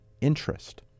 interest